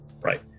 Right